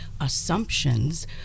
assumptions